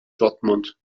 dortmund